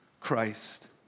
Christ